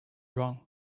wrong